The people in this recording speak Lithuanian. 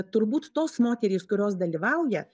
turbūt tos moterys kurios dalyvauja